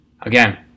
Again